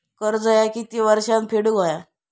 कर्ज ह्या किती वर्षात फेडून हव्या?